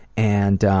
and